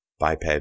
biped